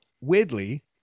weirdly